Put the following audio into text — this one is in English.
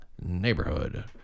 neighborhood